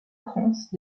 france